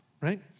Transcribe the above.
right